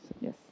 Yes